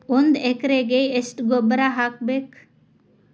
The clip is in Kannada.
ಒಂದ್ ಎಕರೆಗೆ ಎಷ್ಟ ಗೊಬ್ಬರ ಹಾಕ್ಬೇಕ್?